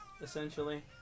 essentially